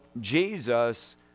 Jesus